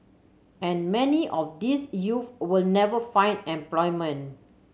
and many of these youth will never find employment